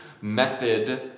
method